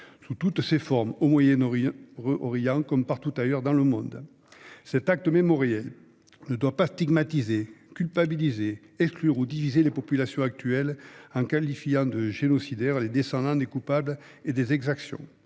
sous toutes ses formes, au Moyen-Orient comme partout ailleurs dans le monde. Cet acte mémoriel ne doit pas stigmatiser, culpabiliser, exclure ou diviser les populations actuelles en qualifiant de génocidaires les descendants des coupables de ces exactions.